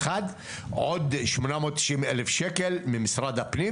עוד שמונה מאות תשעים אלף שקל ממשרד הפנים